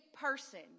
person